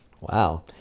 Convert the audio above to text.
Wow